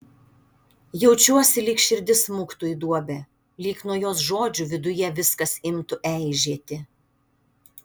jaučiuosi lyg širdis smuktų į duobę lyg nuo jos žodžių viduje viskas imtų eižėti